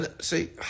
See